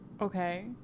Okay